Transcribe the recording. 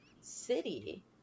city